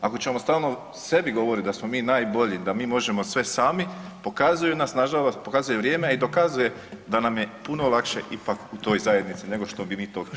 Ako ćemo stalno sebi govoriti da smo mi najbolji, da mi možemo sve sami, pokazuju nas nažalost, pokazuje vrijeme, a i dokazuje da nam je puno lakše ipak u toj zajednici nego što bi mi to htjeli [[Upadica: Vrijeme.]] priznati.